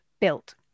built